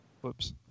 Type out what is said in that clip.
whoops